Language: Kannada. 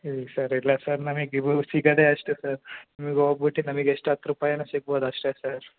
ಇಲ್ಲ ಸರ್ ಇಲ್ಲ ಸರ್ ನಮ್ಗೆ ಇವು ಸಿಗದೇ ಅಷ್ಟೇ ಸರ್ ಹೋಗ್ಬುಟ್ಟು ನಮ್ಗೆ ಎಷ್ಟು ಹತ್ತು ರೂಪಾಯಿ ಏನೊ ಸಿಗ್ಬೋದು ಅಷ್ಟೆ ಸರ್